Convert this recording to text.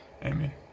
Amen